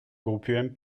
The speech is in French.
groupe